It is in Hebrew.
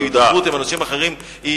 והידברות עם אנשים אחרים,